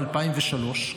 ב-2003,